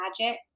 magic